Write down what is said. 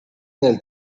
nel